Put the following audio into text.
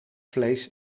vlees